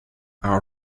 our